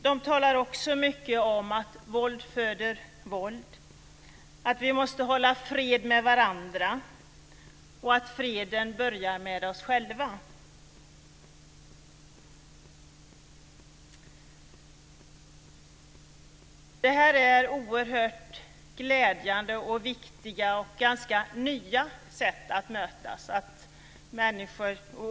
De talar också mycket om att våld föder våld, att vi måste upprätthålla fred med varandra och att freden börjar med oss själva. Detta är oerhört glädjande, viktiga och ganska nya sätt att mötas.